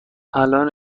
الان